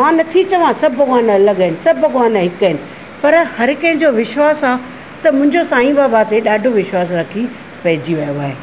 मां नथी चवां सभु भॻवानु अलॻि आहिनि सभु भॻवानु हिकु आहिनि पए हर कंहिंजो विश्वासु आहे त मुंहिंजो सांई बाबा ते ॾाढो विश्वासु रखी पइजी वियो आहे